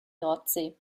nordsee